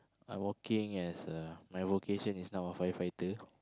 I'm working as a my vocation is now a firefighter